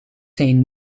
zijn